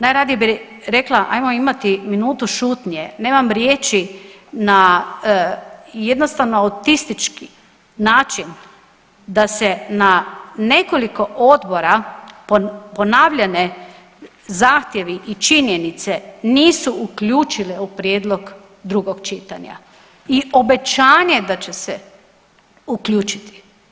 Najradije bi rekla ajmo imati minuti šutnje, nemam riječi na jednostavno autistički način da se na nekoliko odbora ponavljane zahtjevi i činjenice nisu uključile u prijedlog drugog čitanja i obećanje da će se uključiti.